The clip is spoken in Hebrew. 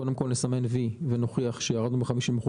קודם כול נסמן וי ונוכיח שירדנו ב-50%